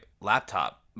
laptop